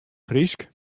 frysk